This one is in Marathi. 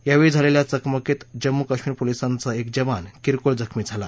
यावेळी झालेल्या चकमकीत जम्मू कश्मीर पोलिसांचा एक जवान किरकोळ जखमी झाला